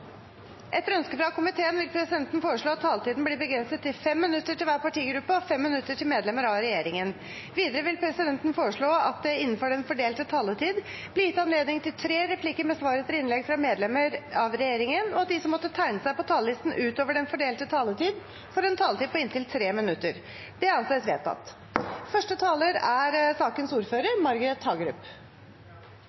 Etter ønske fra arbeids- og sosialkomiteen vil presidenten foreslå at taletiden blir begrenset til 5 minutter til hver partigruppe og 5 minutter til medlemmer av regjeringen. Videre vil presidenten foreslå at det – innenfor den fordelte taletid – blir gitt anledning til tre replikker med svar etter innlegg fra medlemmer av regjeringen, og at de som måtte tegne seg på talerlisten utover den fordelte taletid, får en taletid på inntil 3 minutter. – Det anses vedtatt.